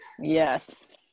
Yes